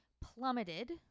plummeted